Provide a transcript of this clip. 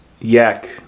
Yak